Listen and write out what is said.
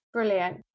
Brilliant